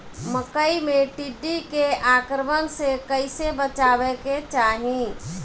मकई मे टिड्डी के आक्रमण से कइसे बचावे के चाही?